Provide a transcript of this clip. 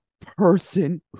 person